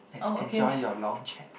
en~ enjoy your long chat